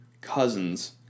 Cousins